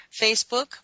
Facebook